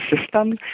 system